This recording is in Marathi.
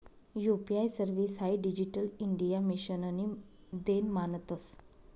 यू.पी.आय सर्विस हाई डिजिटल इंडिया मिशननी देन मानतंस